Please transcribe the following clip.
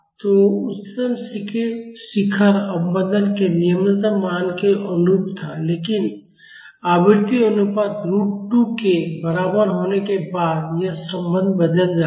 तो उच्चतम शिखर अवमंदन के निम्नतम मान के अनुरूप था लेकिन आवृत्ति अनुपात रूट 2 के बराबर होने के बाद यह संबंध बदल जाता है